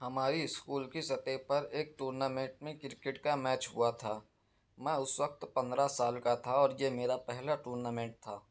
ہماری اسکول کی سطح پر ایک ٹورنامنٹ میں کرکٹ کا میچ ہوا تھا میں اس وقت پندرہ سال کا تھا اور یہ میرا پہلا ٹورنامنٹ تھا